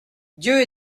dieu